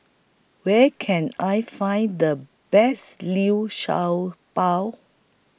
Where Can I Find The Best Liu Sha Bao